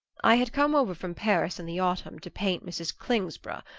i had come over from paris in the autumn to paint mrs. clingsborough,